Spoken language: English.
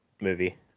movie